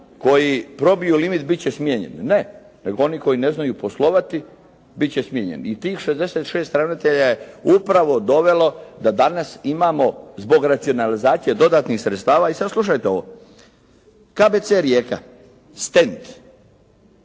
koji probiju limit bit će smijenjeni. Ne. Nego oni koji ne znaju poslovati bit će smijenjeni. I tih 66 ravnatelja je upravo dovelo da danas imamo zbog racionalizacije dodatnih sredstava, i sad slušajte ovo. KBC Rijeka, stent,